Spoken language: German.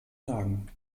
lagen